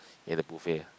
in a buffet ah